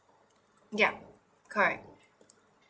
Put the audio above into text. yup correct